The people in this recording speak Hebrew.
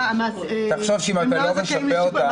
תחשוב שאם אתה לא תשפה אותם,